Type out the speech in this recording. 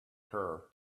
her